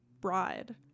bride